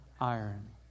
iron